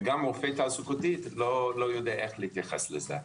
גם רופא תעסוקתי לא יודע איך להתייחס לזה.